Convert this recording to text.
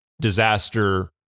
disaster